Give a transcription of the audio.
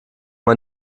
man